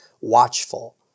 watchful